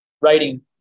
writing